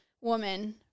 woman